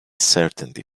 certainty